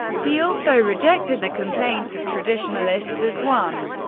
he also rejected the complaints of traditionalists, as one.